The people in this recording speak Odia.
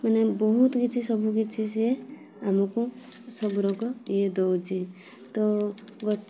ମାନେ ବହୁତ କିଛି ସବୁ କିଛି ସିଏ ଆମକୁ ସବୁ ରୋଗ ଇଏ ଦେଉଛି ତ